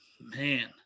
Man